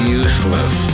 useless